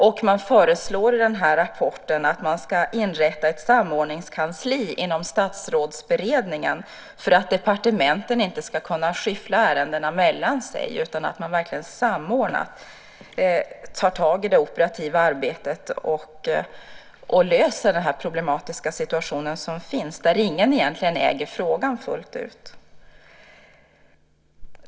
I den här rapporten föreslår man att man ska inrätta ett samordningskansli inom Statsrådsberedningen för att departementen inte ska kunna skyffla ärendena mellan sig. Detta samordningskansli ska samordnat ta tag i det operativa arbetet och lösa den problematiska situation som finns där ingen egentligen äger frågan fullt ut.